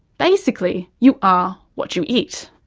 basically you are what you eat.